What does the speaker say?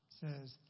says